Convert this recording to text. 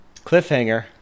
Cliffhanger